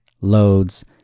loads